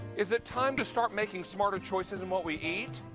is it time to start making smarter choices in what we eat?